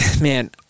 man